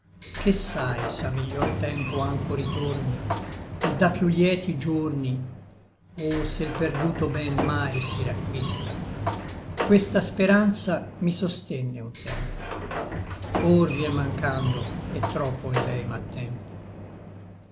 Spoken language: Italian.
che sai s'a miglior tempo ancho ritorni et a piú lieti giorni o se l perduto ben mai si racquista questa speranza mi sostenne un tempo or vien mancando et troppo in lei m'attempo il tempo